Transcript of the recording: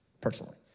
personally